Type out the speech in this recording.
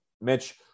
Mitch